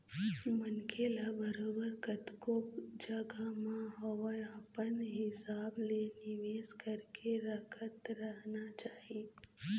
मनखे ल बरोबर कतको जघा म होवय अपन हिसाब ले निवेश करके रखत रहना चाही